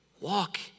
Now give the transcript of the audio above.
Walk